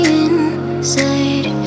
inside